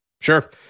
Sure